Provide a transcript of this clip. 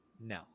No